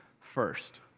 first